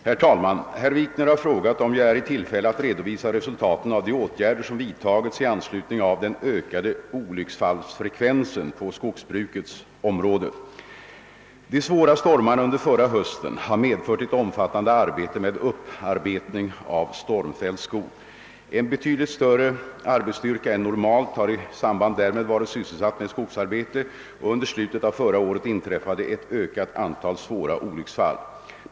Herr talman! Herr Wikner har frågat om jag är i tillfälle att redovisa resultaten av de åtgärder som vidtagits i anledning av den ökade olycksfallsfrekvensen på skogsbrukets område. De svåra stormarna under förra hösten har medfört ett omfattande arbete med upparbetning av stormfälld skog. En betydligt större arbetsstyrka än normalt har i samband härmed varit sysselsatt med skogsarbete, och under slutet av förra året inträffade ett ökat antal svåra olycksfall.